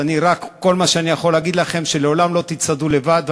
אז כל מה שאני יכול להגיד לכם זה שלעולם לא תצעדו לבד,